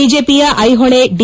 ಬಿಜೆಪಿಯ ಐಹೊಳೆ ಡಿ